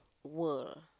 world